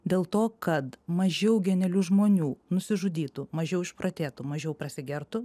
dėl to kad mažiau genialių žmonių nusižudytų mažiau išprotėtų mažiau prasigertų